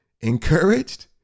encouraged